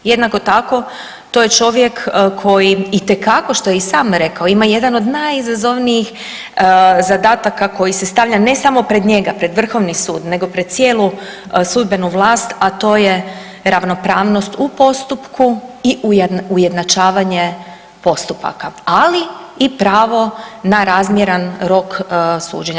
Jednako tako to je čovjek itekako, što je i sam rekao, ima jedan od najizazovnijih zadataka koji se stavlja ne samo pred njega, pred Vrhovni sud, nego pred cijelu sudbenu vlast, a to je ravnopravnost u postupku i ujednačavanje postupaka, ali i pravo na razmjeran rok suđenja.